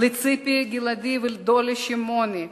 לציפי גלעדי ולדולי שמעוני,